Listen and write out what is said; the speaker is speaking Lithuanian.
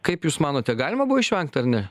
kaip jūs manote galima buvo išvengt ar ne